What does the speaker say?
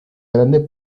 grande